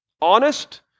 Honest